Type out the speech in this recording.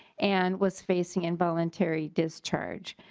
and was facing involuntary discharge.